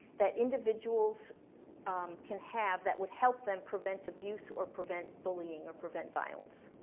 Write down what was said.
that individuals um can have that would help them prevent abuse or prevent bullying or prevent violence.